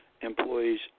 Employees